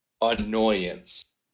annoyance